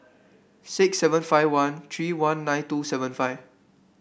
six seven five one three one nine two seven five